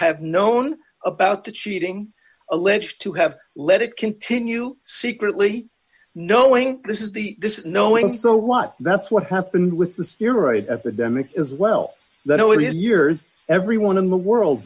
have known about the cheating alleged to have let it continue secretly knowing this is the this is knowing so what that's what happened with the steroids epidemic as well that over his years everyone in the world